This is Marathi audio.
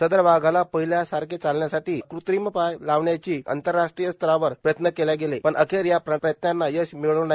सदर वाघाला पहिल्यासारखे चालविण्यासाठी त्याला कृत्रिम पाय लावण्यासाठी आंतर्राष्ट्रीय स्तरावर प्रयत्व केले गेले पण अखेर या प्रयत्वांना यश मिळालं नाही